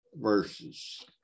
verses